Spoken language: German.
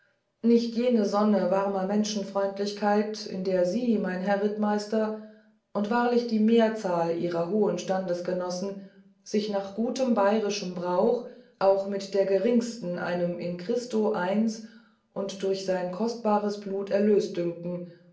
nicht jene sonne warmer menschenfreundlichkeit in der sie mein herr rittmeister und wahrlich die mehrzahl ihrer hohen standesgenossen sich nach gutem bayrischen brauch auch mit der geringsten einem in christo eins und durch sein kostbares blut erlöst dünken